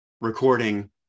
recording